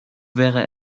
wäre